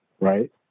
right